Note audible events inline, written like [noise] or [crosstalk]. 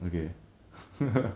okay [laughs]